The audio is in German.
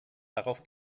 darauf